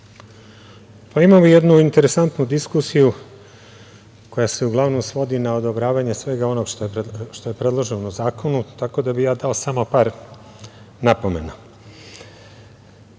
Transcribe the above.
Imamo jednu interesantnu diskusiju, koja se uglavnom svodi na odobravanje svega onoga što je predloženo u zakonu, tako da bih ja dao samo par napomena. Slažem